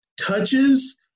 touches